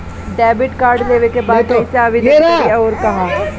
Debit card लेवे के बा कइसे आवेदन करी अउर कहाँ?